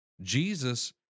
Jesus